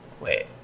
Wait